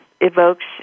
evokes